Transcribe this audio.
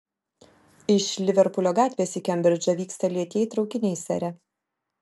iš liverpulio gatvės į kembridžą vyksta lėtieji traukiniai sere